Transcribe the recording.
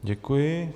Děkuji.